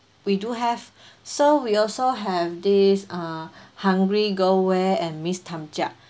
we do have so we also have this uh hungry go where and miss tam chiak